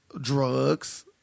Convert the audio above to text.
drugs